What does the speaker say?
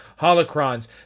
holocrons